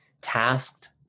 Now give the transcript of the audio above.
tasked